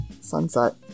sunset